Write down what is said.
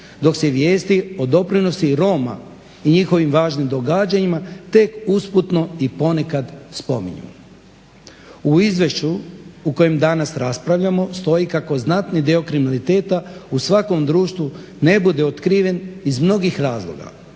dok se vijesti o doprinosima Roma i njihovim važnim događanjima tek usputno i ponekad spominju. U izvješću o kojem danas raspravljamo stoji kako znatni dio kriminaliteta u svakom društvu ne bude otkriven iz mnogih razloga.